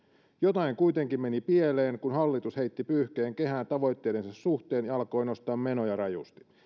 jotain kuitenkin meni pieleen kun hallitus heitti pyyhkeen kehään tavoitteidensa suhteen ja alkoi nostaa menoja rajusti